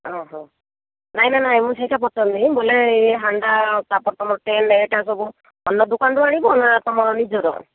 ହଁ ହଁ ନାଇଁ ନାଇଁ ନାଇଁ ମୁଁ ସେଇଟା ପଚାରୁନି ବୋଲେ ଏ ହାଣ୍ଡା ତାପରେ ତମ ଟେଣ୍ଟ ଏଟା ସବୁ ଅନ୍ୟ ଦୋକାନ ରୁ ଆଣିବ ନା ତମ ନିଜର